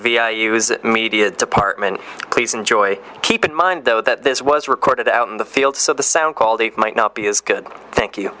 e media department please enjoy keep in mind though that this was recorded out in the field so the sound call they might not be as good thank you